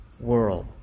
world